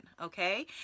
Okay